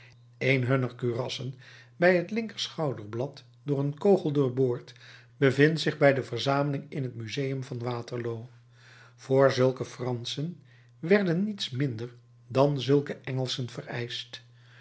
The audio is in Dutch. een hunner kurassen bij t linker schouderblad door een kogel doorboord bevindt zich bij de verzameling in t museum van waterloo voor zulke franschen werden niets minder dan zulke engelschen vereischt